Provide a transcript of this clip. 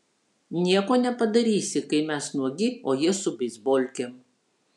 nieko nepadarysi kai mes nuogi o jie su beisbolkėm